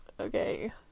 Okay